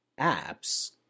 apps